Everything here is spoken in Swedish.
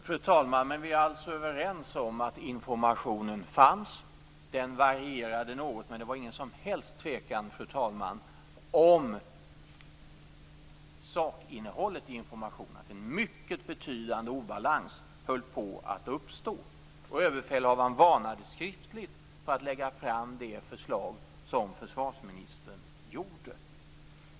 Fru talman! Vi är alltså överens om att informationen fanns. Den varierade något, men det var ingen som helst tvekan, fru talman, om sakinnehållet i informationen: att en mycket betydande obalans höll på att uppstå. Överbefälhavaren varnade också skriftligt för att lägga fram det förslag som försvarsministern gjorde.